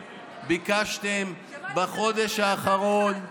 שמעתי שלקחו לך שר אחד.